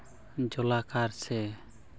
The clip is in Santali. ᱡᱚᱞᱟᱠᱟᱨ ᱥᱮ